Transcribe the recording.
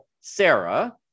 sarah